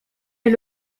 est